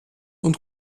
und